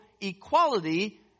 equality